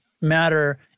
matter